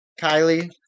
Kylie